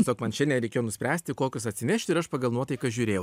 tiesiog man šiandien reikėjo nuspręsti kokius atsinešti ir aš pagal nuotaiką žiūrėjau